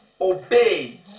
obey